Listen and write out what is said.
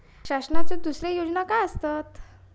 शासनाचो दुसरे योजना काय आसतत?